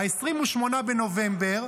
ב-28 בנובמבר,